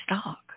stock